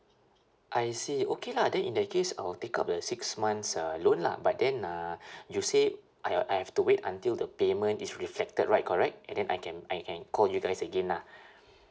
I see okay lah then in that case I'll take up the six months uh loan lah but then uh you say I I have to wait until the payment is reflected right correct and then I can I can call you guys again lah